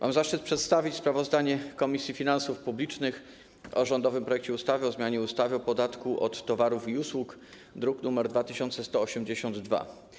Mam zaszczyt przedstawić sprawozdanie Komisji Finansów Publicznych o rządowym projekcie ustawy o zmianie ustawy o podatku od towarów i usług, druk nr 2182.